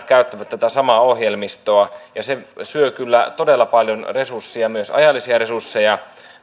käyttävät tätä samaa ohjelmistoa ja se syö kyllä todella paljon resursseja myös ajallisia resursseja